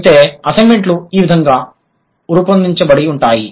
అయితే అసైన్మెంట్లు ఈ విధంగా రూపొందించబడి ఉంటాయి